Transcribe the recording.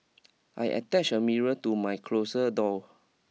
I attach a mirror to my closer door